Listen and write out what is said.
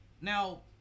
Now